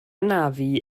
anafu